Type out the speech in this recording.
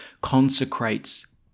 consecrates